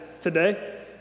today